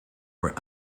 were